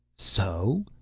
so?